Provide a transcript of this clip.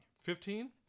Fifteen